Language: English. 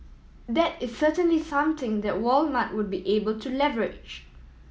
that is certainly something that Walmart would be able to leverage